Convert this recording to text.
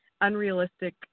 unrealistic